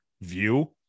view